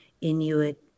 Inuit